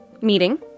meeting